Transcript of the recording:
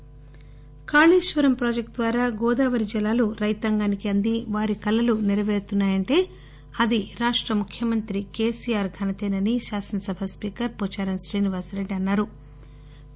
Kaleshwaram Pocharam Kaleshwaram project ద్వారా గోదావరి జలాలు రైతాంగానికి అంది వారి కలలు సేరపేరుతున్నాయంటే అది రాష్ట ముఖ్యమంత్రి కేసిఆర్ ఘనతేనని శాసనసభ స్పీకర్ శ్రీ పోచారం శ్రీనివాసరెడ్డి అన్సారు